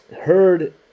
heard